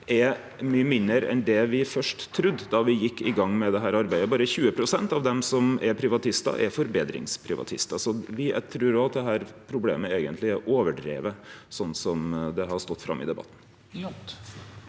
er mykje mindre enn det me først trudde då me gjekk i gang med dette arbeidet. Berre 20 pst. av dei som er privatistar, er forbetringsprivatistar. Eg trur òg dette problemet eigentleg er overdrive, sånn som det har stått fram i debatten.